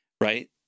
right